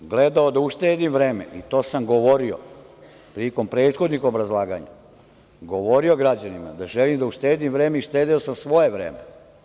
I ja sam gledao da uštedim vreme i to sam govorio prilikom prethodnih obrazlaganja, govorio građanima da želim da uštedim vreme i štedeo sam svoje vreme.